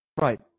Right